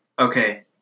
Okay